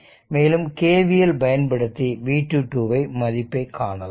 மேலும் KVL பயன்படுத்தி v2 t மதிப்பை காணலாம்